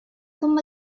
como